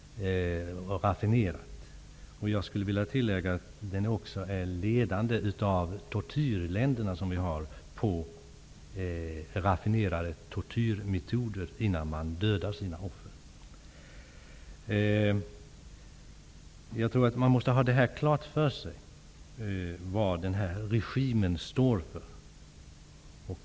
Jag skulle vilja tillägga att den också är ledande bland de tortyrländer som finns när det gäller att använda raffinerade tortyrmetoder innan offren dödas. Jag tror att man måste ha klart för sig vad den här regimen står för.